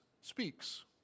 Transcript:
speaks